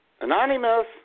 Anonymous